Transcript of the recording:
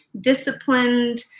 disciplined